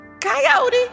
Coyote